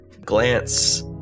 glance